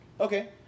Okay